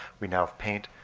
we now have paint